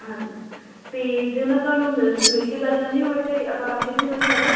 ਹਾਂਜੀ ਅਤੇ ਜੇ ਮੈਂ ਤੁਹਾਨੂੰ ਮਿਲ ਮਿਲ ਕੇ ਗੱਲ ਕਰਨੀ ਹੋਵੇ ਤਾਂ ਆਪਾਂ ਕਿੱਥੇ ਮਿਲ ਸਕਦੇ ਹਾਂ